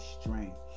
strength